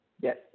Yes